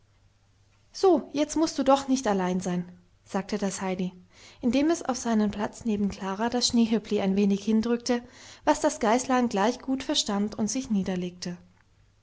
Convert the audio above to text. so jetzt mußt du doch nicht allein sein sagte das heidi indem es auf seinen platz neben klara das schneehöppli ein wenig hindrückte was das geißlein gleich gut verstand und sich